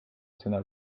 sina